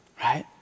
right